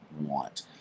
want